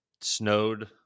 snowed